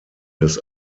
des